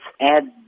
Add